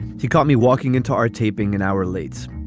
he caught me walking into our taping an hour late.